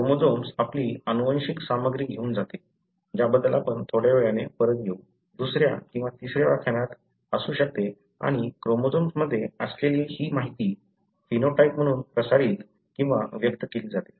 chromosomes आपली अनुवांशिक सामग्री घेऊन जाते ज्याबद्दल आपण थोड्या वेळाने परत येऊ दुसऱ्या किंवा तिसऱ्या व्याख्यानात असू शकते आणि क्रोमोझोम्स मध्ये असलेली ही माहिती फेनोटाइप म्हणून प्रसारित किंवा व्यक्त केली जाते